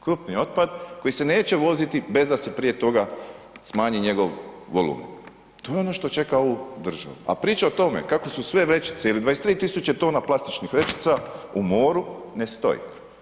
Krupni otpad koji se neće voziti bez da se prije toga smanji njegov volumen, to je ono što čeka ovu državi a priča o tome kako su sve vrećice ili 23 000 tona plastičnih vrećica u moru, ne stoji.